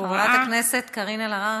חברת הכנסת קארין אלהרר,